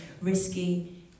risky